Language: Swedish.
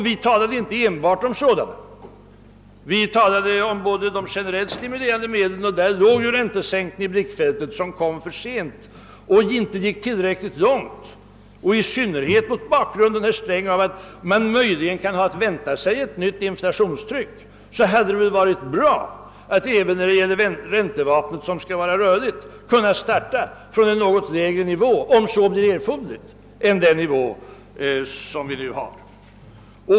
Vi talade inte enbart om sådana, ty vi talade såväl om selektiva som om generellt stimulerande medel, i vilka räntesänkningen, som kom för sent och inte gick tillräckligt långt, låg i blickfältet. I synnerhet mot bakgrunden av att man möjligen kan vänta sig ett nytt inflationstryck hade det väl, herr Sträng, varit bra att även när det gäller räntevapnet, som skall vara rörligt, kunna starta från en något lägre nivå om så skulle bli erforderligt än den nivå som vi nu har.